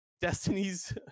Destiny's